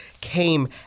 came